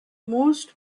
most